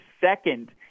second